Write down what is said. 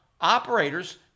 operators